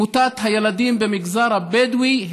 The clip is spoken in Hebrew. מאוד בסיסי לאוכלוסייה ביישובי הנגב.